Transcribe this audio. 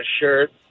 shirt